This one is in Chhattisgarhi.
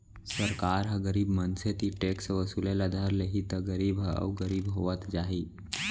सरकार ह गरीब मनसे तीर टेक्स वसूले ल धर लेहि त गरीब ह अउ गरीब होवत जाही